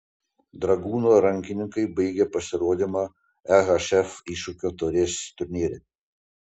dragūno rankininkai baigė pasirodymą ehf iššūkio taurės turnyre